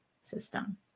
system